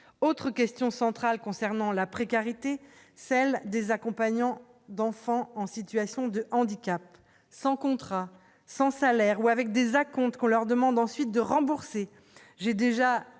autre question centrale concernant la précarité, celle des accompagnants d'enfants en situation de handicap, sans contrat, sans salaire, ou avec des acomptes qu'on leur demande ensuite de rembourser, j'ai déjà